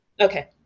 Okay